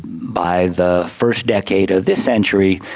by the first decade of this century,